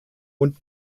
und